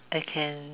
I can